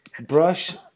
Brush